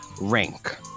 rank